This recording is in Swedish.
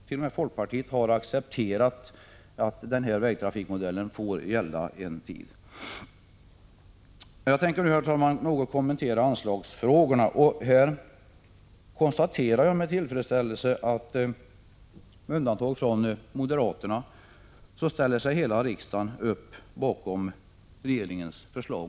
T. o. m. folkpartiet har accepterat att vägtrafikmodellen får gälla en tid. Herr talman! Jag tänker nu något kommentera anslagsfrågorna. Jag konstaterar med tillfredsställelse att hela riksdagen, med undantag från moderaterna, ställer sig bakom regeringens förslag.